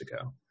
ago